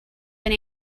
been